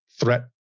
threat